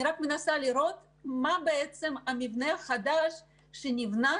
אני רק מנסה להראות מה המבנה החדש שנבנה